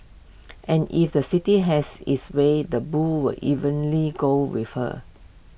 and if the city has its way the bull were evenly go with her